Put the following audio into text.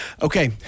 Okay